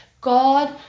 God